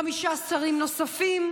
חמישה שרים נוספים,